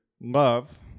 love